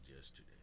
yesterday